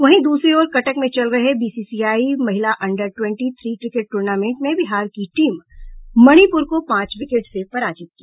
वहीं दूसरी ओर कटक में चल रहे बीसीसीआई महिला under twenty three cricket tournament में बिहार की टीम मणिपूर को पांच विकेट से पराजित किया